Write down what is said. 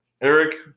Eric